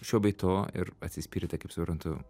šio bei to ir atsispyrėte kaip suprantu